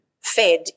fed